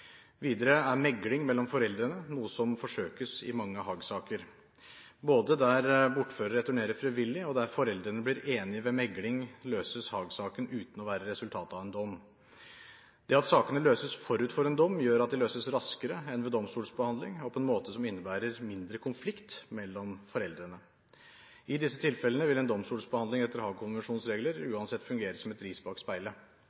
Videre er megling mellom foreldrene noe som forsøkes i mange Haag-saker. Både der bortfører returnerer frivillig og der foreldrene blir enige ved megling, løses Haag-saken uten å være resultat av en dom. Det at sakene løses forut for en dom, gjør at de løses raskere enn ved domstolsbehandling og på en måte som innebærer mindre konflikt mellom foreldrene. I disse tilfellene vil en domstolsbehandling etter Haag-konvensjonens regler